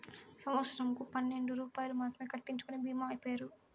సంవత్సరంకు పన్నెండు రూపాయలు మాత్రమే కట్టించుకొనే భీమా పేరు?